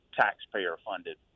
taxpayer-funded